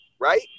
right